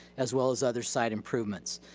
as well as other site improvements.